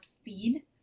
speed